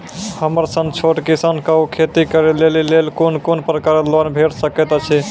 हमर सन छोट किसान कअ खेती करै लेली लेल कून कून प्रकारक लोन भेट सकैत अछि?